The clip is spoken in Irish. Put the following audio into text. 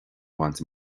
bhaint